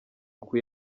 uku